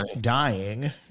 dying